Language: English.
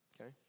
okay